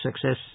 success